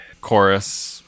chorus